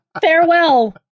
Farewell